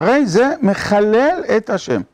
הרי זה מחלל את השם.